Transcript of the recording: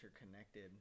interconnected